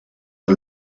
are